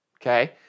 okay